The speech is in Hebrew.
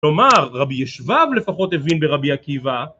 כלומר רבי ישבב לפחות הבין ברבי עקיבא,